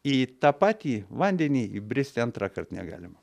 į tą patį vandenį įbristi antrąkart negalima